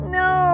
no